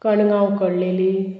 कणगां उकडलेली